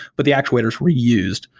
but the actuator is reused.